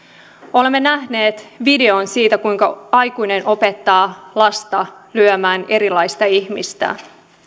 olemme nähneet videon siitä kuinka aikuinen opettaa lasta lyömään erilaista ihmistä